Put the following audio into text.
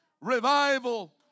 revival